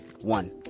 One